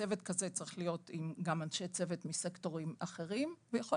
צוות כזה צריך להיות עם גם אנשי צוות מסקטורים אחרים ויכול